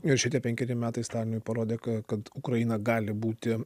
ir šitie penkeri metai stalinui parodė kad ukraina gali būti